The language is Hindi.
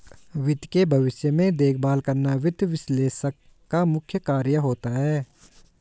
वित्त के भविष्य में देखभाल करना वित्त विश्लेषक का मुख्य कार्य होता है